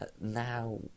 Now